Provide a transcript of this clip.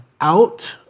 out